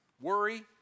worry